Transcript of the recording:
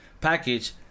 package